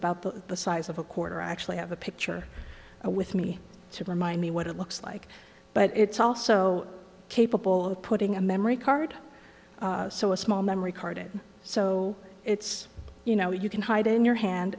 about the size of a quarter i actually have a picture with me to remind me what it looks like but it's also capable of putting a memory card so a small memory card it so it's you know you can hide in your hand